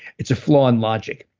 it's a flaw in logic.